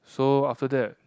so after that